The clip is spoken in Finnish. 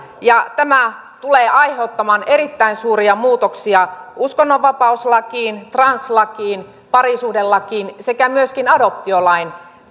ja tämä tulee aiheuttamaan erittäin suuria muutoksia uskonnonvapauslakiin translakiin parisuhdelakiin sekä myöskin adoptiolain